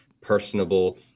personable